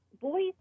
boys